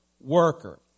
worker